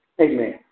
Amen